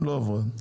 לא עברה.